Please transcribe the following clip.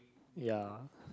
ya